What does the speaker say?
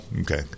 okay